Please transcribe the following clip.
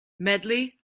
medley